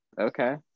Okay